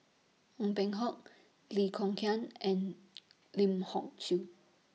Ong Peng Hock Lee Kong Chian and Lim Hock Siew